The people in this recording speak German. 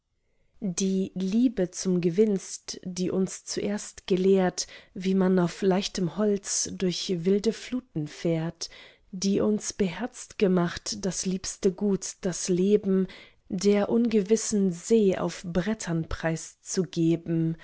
die liebe zum gewinst die uns zuerst gelehrt wie man auf leichtem holz durch wilde fluten fährt die uns beherzt gemacht das liebste gut das leben der ungewissen see auf brettern preiszugeben die liebe